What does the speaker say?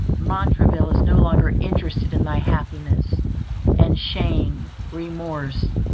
montraville is no longer interested in thy happiness and shame, remorse,